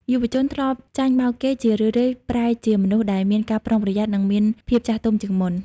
យុវជនដែលធ្លាប់ចាញ់បោកគេ ជារឿយៗប្រែជាមនុស្សដែលមានការប្រុងប្រយ័ត្ន និងមានភាពចាស់ទុំជាងមុន។